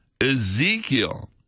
Ezekiel